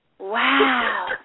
Wow